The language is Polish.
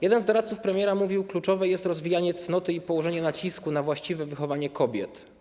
Jeden z doradców premiera mówił: kluczowe jest rozwijanie cnoty i położenie nacisku na właściwe wychowanie kobiet.